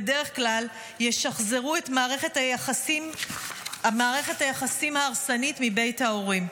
ובדרך כלל ישחזרו את מערכת היחסים ההרסנית מבית ההורים.